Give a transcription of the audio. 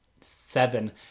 seven